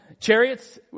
chariots